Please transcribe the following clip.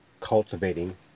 cultivating